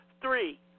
three